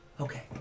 okay